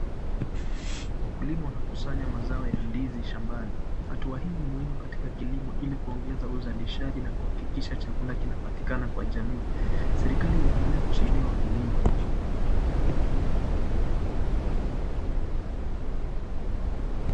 Wakulima wanakusanya mazao ya ndizi shambani. Hatua hii ni muhimu katika kilimo ili kuongeza uzalishaji na kuhakikisha chakula kinapatikana kwa jamii. Serikali inaendelea kuwasaidia wakulima.